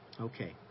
Okay